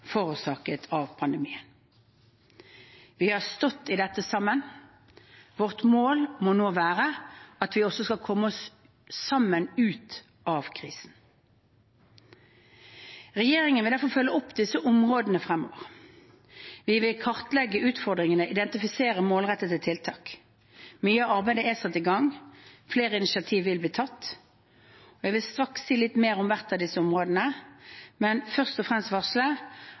forårsaket av pandemien. Vi har stått i dette sammen. Vårt mål må nå være at vi også skal komme oss sammen ut av krisen. Regjeringen vil derfor følge opp disse områdene fremover. Vi vil kartlegge utfordringene og identifisere målrettede tiltak. Mye av arbeidet er satt i gang. Flere initiativ vil bli tatt. Jeg vil straks si litt mer om hvert av disse områdene, men først og fremst varsle